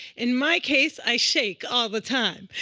in my case, i shake all the time.